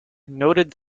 noted